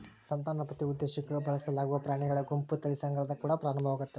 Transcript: ಸಂತಾನೋತ್ಪತ್ತಿಯ ಉದ್ದೇಶುಕ್ಕ ಬಳಸಲಾಗುವ ಪ್ರಾಣಿಗಳ ಗುಂಪು ತಳಿ ಸಂಗ್ರಹದ ಕುಡ ಪ್ರಾರಂಭವಾಗ್ತತೆ